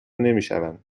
نمیشوند